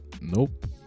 Nope